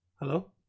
Hello